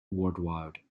worldwide